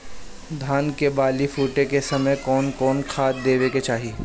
धान के बाली फुटे के समय कउन कउन खाद देवे के चाही?